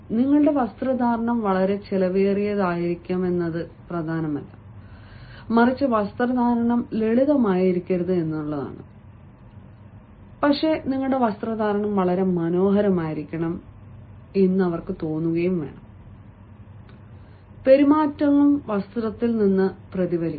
നിങ്ങളുടെ വസ്ത്രധാരണം വളരെ ചെലവേറിയതായിരിക്കണമെന്നത് പ്രധാനമല്ല മറിച്ച് വസ്ത്രധാരണം ലളിതമായിരിക്കരുത് പക്ഷേ വസ്ത്രധാരണം മനോഹരമായിരിക്കണം എന്ന് തോന്നണം ഒരുതരം പെരുമാറ്റങ്ങളും വസ്ത്രത്തിൽ നിന്ന് പ്രതിഫലിക്കണം